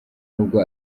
n’ubwo